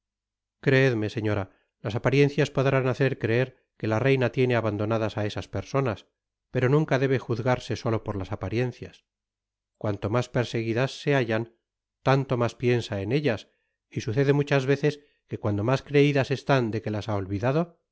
creedme señora las apariencias podrán hacer creer que la reina tiene abandonadas á esas personas pero nunca debe juzgarse solo por las apariencias cuanto mas perseguidas se hallan tanto mas piensa en ellas y sucede muchas veces que cuando mas creidas eslán de que las ha olvidado